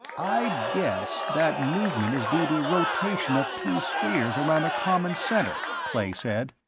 i'd guess that movement is due to rotation of two spheres around a common center, clay said.